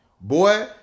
Boy